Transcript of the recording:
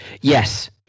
Yes